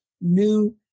new